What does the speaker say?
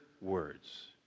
words